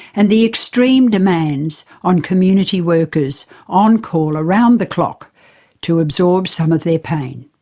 and the extreme demands on community workers on call around the clock to absorb some of their pain.